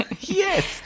Yes